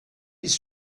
his